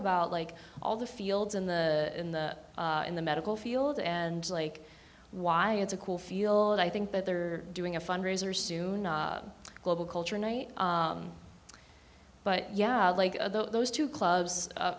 about like all the fields in the in the in the medical field and like why it's a cool feel and i think that they're doing a fundraiser soon global culture night but yeah like those two clubs